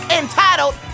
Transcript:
entitled